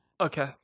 Okay